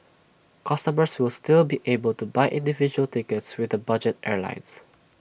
customers will still be able to buy individual tickets with the budget airlines